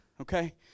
okay